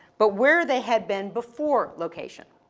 but where they had been before location.